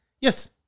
Yes